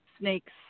snakes